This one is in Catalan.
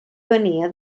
venia